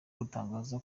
gutangaza